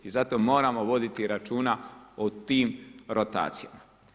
I zato moramo voditi računa o tim rotacijama.